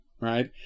right